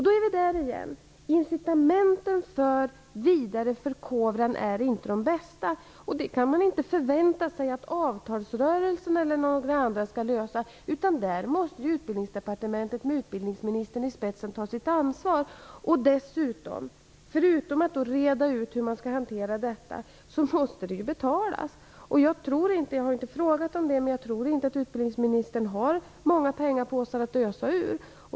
Då är vi där igen: incitamenten för förkovran är inte de bästa. Det kan man inte vänta sig att parterna på arbetsmarknaden skall lösa i avtalsrörelsen eller att några andra skall göra det, utan där måste Utbildningsdepartementet med utbildningsministern i spetsen ta sitt ansvar. Förutom att man behöver reda ut hur man skall hantera detta måste det också betalas. Jag har inte frågat om det men jag tror inte att utbildningsministern har många pengapåsar att ösa ur.